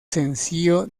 sencillo